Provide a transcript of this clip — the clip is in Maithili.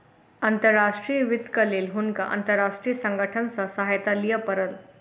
अंतर्राष्ट्रीय वित्तक लेल हुनका अंतर्राष्ट्रीय संगठन सॅ सहायता लिअ पड़ल